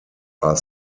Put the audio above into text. are